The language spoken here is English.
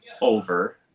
over